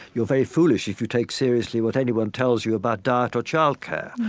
you're very foolish if you take seriously what anyone tells you about diet or child care,